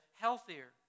healthier